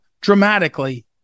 dramatically